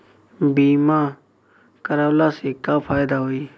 बीमा करवला से का फायदा होयी?